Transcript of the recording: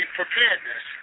preparedness